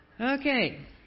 Okay